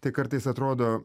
tai kartais atrodo